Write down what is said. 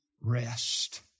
rest